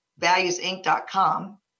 valuesinc.com